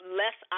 less